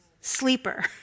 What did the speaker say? sleeper